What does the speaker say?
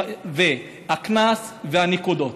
והקנסות והנקודות,